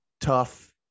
tough